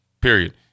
period